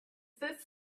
this